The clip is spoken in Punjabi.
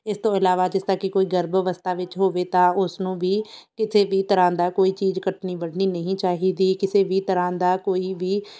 ਇਸ ਤੋਂ ਇਲਾਵਾ ਜਿਸ ਤਰ੍ਹਾਂ ਕੋਈ ਗਰਭ ਅਵਸਥਾ ਵਿੱਚ ਹੋਵੇ ਤਾਂ ਉਸ ਨੂੰ ਵੀ ਕਿਸੇ ਵੀ ਤਰ੍ਹਾਂ ਦਾ ਕੋਈ ਚੀਜ਼ ਕੱਟਣੀ ਵੱਢਣੀ ਨਹੀਂ ਚਾਹੀਦੀ ਕਿਸੇ ਵੀ ਤਰ੍ਹਾਂ ਦਾ ਕੋਈ ਵੀ